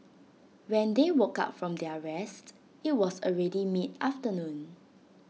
when they woke up from their rest IT was already mid afternoon